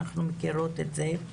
אנחנו מכירות את זה.